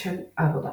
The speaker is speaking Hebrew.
של העבודה.